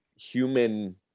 human